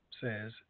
says